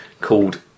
called